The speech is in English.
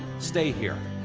stay here.